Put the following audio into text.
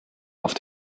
auf